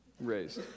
raised